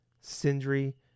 Sindri